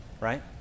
Right